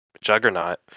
juggernaut